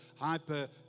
hyper